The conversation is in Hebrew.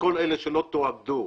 וכל אלה שלא תואגדו,